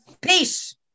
Peace